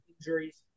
injuries